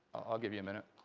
i'll give you a minute.